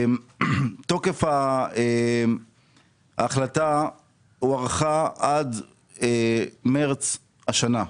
תוקף ההחלטה הוארך עד מרס השנה.